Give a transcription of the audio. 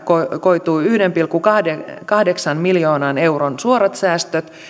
koituu yhden pilkku kahdeksan kahdeksan miljoonan euron suorat säästöt